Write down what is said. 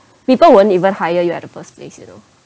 people won't even hire you at the first place you know